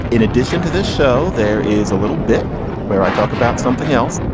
in addition to this show, there is a little bit where i talk about something else.